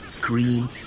green